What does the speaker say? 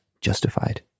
justified